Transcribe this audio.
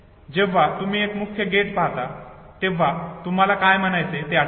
जेव्हा तुम्ही मुख्य गेट पाहता तेव्हा तुम्हाला काय म्हणायचे ते आठवते